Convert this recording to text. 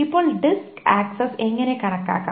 ഇപ്പോൾ disk access എങ്ങനെ കണക്കാക്കാം